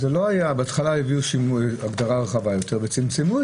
בהתחלה הביאו הגדרה רחבה יותר וצמצמו אותה.